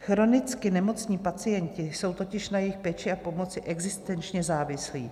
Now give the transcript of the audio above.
Chronicky nemocní pacienti jsou totiž na jejich péči a pomoc existenčně závislí.